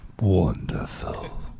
Wonderful